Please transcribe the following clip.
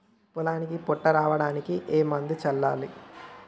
పొలానికి పొట్ట రావడానికి ఏ మందును చల్లాలి?